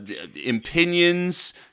opinions